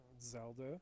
Zelda